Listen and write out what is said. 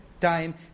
time